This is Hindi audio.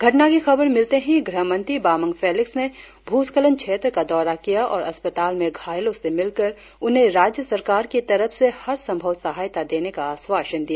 घटना की खबर मिलते ही गृह मंत्री बामंग फेलिक्स ने भूस्खलन क्षेत्र का दौरा किया और अस्पताल में घायलों से मिलकर उन्हें राज्य सरकार की तरफ से हर संभव सहायता देने का आश्वासन दिया